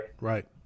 right